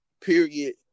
period